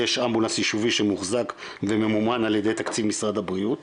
יש אמבולנס יישובי שמוחזק וממומן על ידי תקציב משרד הבריאות,